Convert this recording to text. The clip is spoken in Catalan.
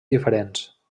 diferents